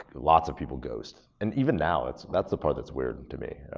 lots of people ghost. and even now, that's that's the part that's weird and to me.